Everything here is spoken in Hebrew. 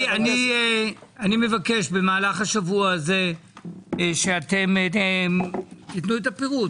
אני מבקש במהלך השבוע הזה שתיתנו את הפירוט,